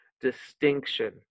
distinction